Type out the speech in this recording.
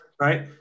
Right